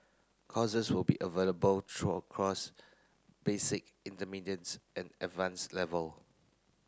courses will be available true across basic intermediates and advance level